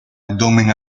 abdomen